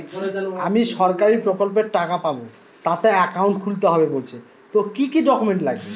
আমি সরকারি প্রকল্পের টাকা পাবো তাতে একাউন্ট খুলতে হবে বলছে তো কি কী ডকুমেন্ট লাগবে?